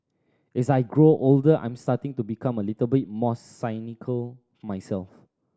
as I grow older I'm starting to become a little bit more cynical myself